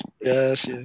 Yes